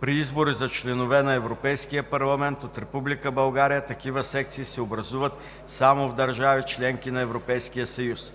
при избори за членове на Европейския парламент от Република България такива секции се образуват само в държави – членки на Европейския съюз;